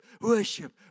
worship